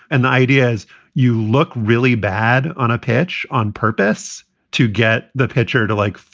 and the idea is you look really bad on a pitch on purpose to get the pitcher to, like,